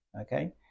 Okay